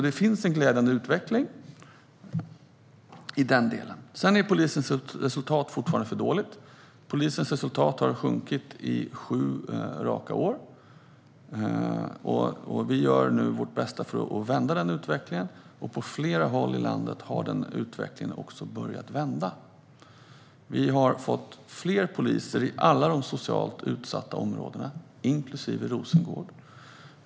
Det finns alltså en glädjande utveckling i den delen. Sedan är polisens resultat fortfarande för dåligt. Polisens resultat har sjunkit sju år på raken, och vi gör nu vårt bästa för att vända den utvecklingen. På flera håll i landet har den utvecklingen också börjat vända. Vi har fått fler poliser i alla de socialt utsatta områdena, inklusive Rosengård.